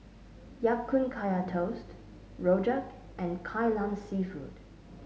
Ya Kun Kaya Toast Rojak and Kai Lan seafood